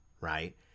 Right